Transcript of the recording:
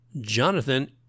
Jonathan